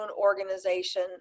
organization